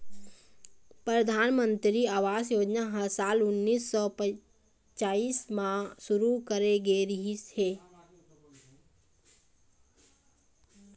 परधानमंतरी आवास योजना ह साल उन्नीस सौ पच्चाइस म शुरू करे गे रिहिस हे